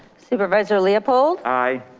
supervisor leopold. aye.